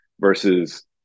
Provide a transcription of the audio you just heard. versus